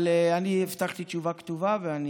אבל אני הבטחתי תשובה כתובה, ואני